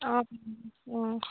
অঁ